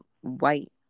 white